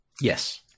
Yes